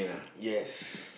yes